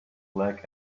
black